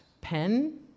Pen